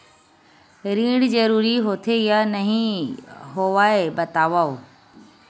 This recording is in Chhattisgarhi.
ऋण जरूरी होथे या नहीं होवाए बतावव?